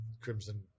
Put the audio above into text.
crimson